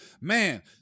man